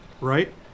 right